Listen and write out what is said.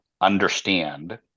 understand